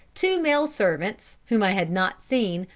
two male servants, whom i had not seen,